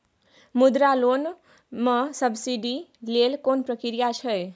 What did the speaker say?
मुद्रा लोन म सब्सिडी लेल कोन प्रक्रिया छै?